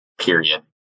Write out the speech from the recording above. period